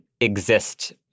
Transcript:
exist